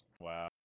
Wow